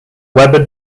webber